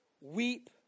Weep